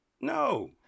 No